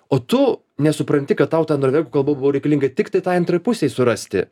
o tu nesupranti kad tau ta norvegų kalba buvo reikalinga tiktai tai antrajai pusei surasti